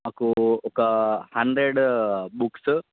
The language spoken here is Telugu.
మాకు ఒక హండ్రెడ్ బుక్స్